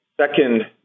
second